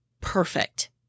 perfect